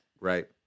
Right